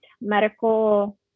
medical